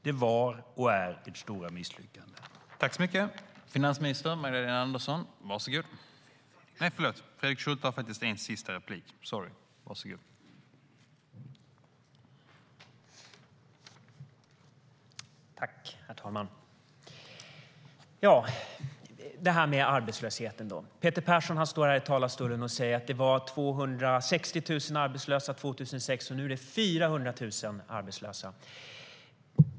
Det var och är ert stora misslyckande.